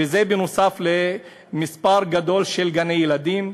וזה נוסף על מספר גדול של גני-ילדים.